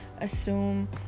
assume